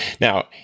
Now